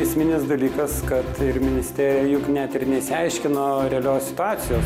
esminis dalykas kad ministerija juk net ir neišsiaiškino realios situacijos